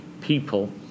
people